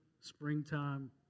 springtime